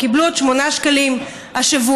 הם קיבלו עוד שמונה שקלים השבוע,